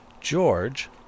George